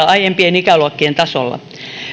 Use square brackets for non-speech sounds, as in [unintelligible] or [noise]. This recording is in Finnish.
[unintelligible] aiempien ikäluokkien tasolla